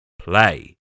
play